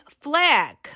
flag